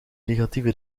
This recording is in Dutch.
negatieve